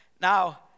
Now